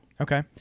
Okay